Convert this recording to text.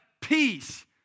peace